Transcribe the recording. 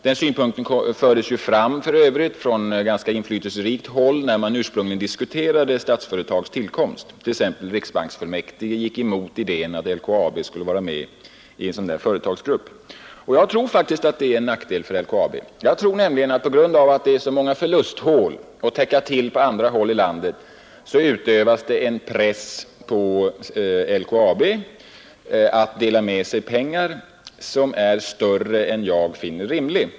Den synpunkten framfördes för övrigt från ganska inflytelserikt håll när man ursprungligen diskuterade Statsföretags tillkomst — t.ex. riksbanksfullmäktige gick emot förslaget att LKAB skulle tillhöra denna företagsgrupp. Jag tror faktiskt att det är en nackdel för LKAB. På grund av att det förekommer så många förlusthål på andra håll i landet utövas det en press på LKAB att dela med sig mer pengar än vad jag kan finna rimligt.